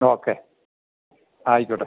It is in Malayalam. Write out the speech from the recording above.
ഓക്കെ ആയിക്കോട്ടെ